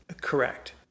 correct